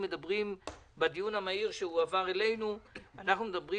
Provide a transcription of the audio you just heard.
בדיון המהיר שהועבר אלינו אנחנו מדברים